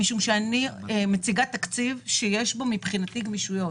משום שאני מציגה תקציב שיש בו גמישויות.